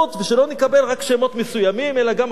ושלא נקבל רק שמות מסוימים אלא גם אחרים.